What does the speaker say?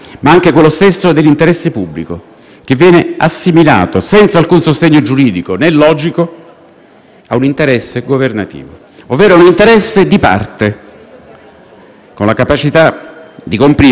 a un interesse governativo, ovvero un interesse di parte, con la capacità di comprimere anche diritti essenziali, senza fare alcun bilanciamento tra diritti compressi e interesse,